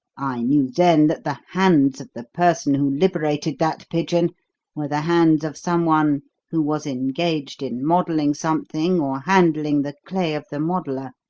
i knew then that the hands of the person who liberated that pigeon were the hands of someone who was engaged in modelling something or handling the clay of the modeller,